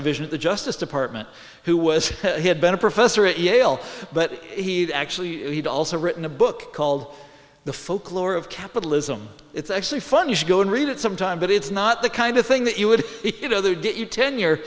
division of the justice department who was he had been a professor at yale but he had actually also written a book called the folklore of capitalism it's actually fun you should go and read it sometime but it's not the kind of thing that you would it other did you tenure